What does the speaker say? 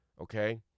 okay